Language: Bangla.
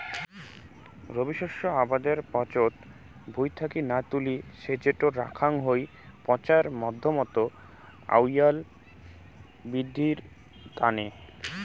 রবি শস্য আবাদের পাচত ভুঁই থাকি না তুলি সেজটো রাখাং হই পচার মাধ্যমত আউয়াল বিদ্ধির তানে